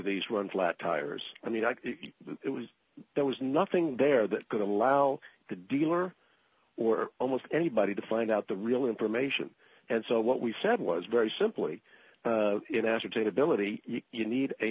these one flat tires i mean it was there was nothing there that could allow the dealer or almost anybody to find out the real information and so what we said was very simply in agitated military you need a